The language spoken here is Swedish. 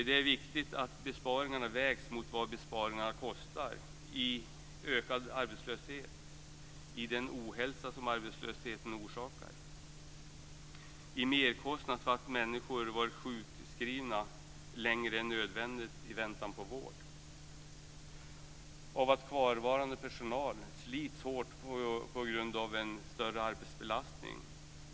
Det är viktigt att besparingarna vägs mot vad besparingarna kostar i ökad arbetslöshet, i den ohälsa som arbetslösheten orsakar och i merkostnader för att människor varit sjukskrivna längre än nödvändigt i väntan på vård. Kvarvarande personal slits hårt på grund av en större arbetsbelastning.